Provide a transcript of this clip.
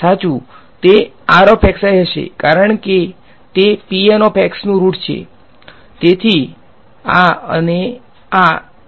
સાચુ તે હશે કારણ કે તે નુ રુટ છે